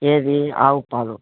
ఏది ఆవు పాాలు